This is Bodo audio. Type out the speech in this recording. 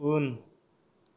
उन